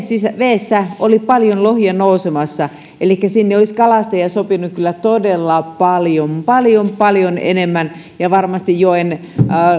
siis vedessä oli paljon lohia nousemassa elikkä sinne olisi kalastajia sopinut kyllä todella paljon paljon paljon enemmän ja varmasti joen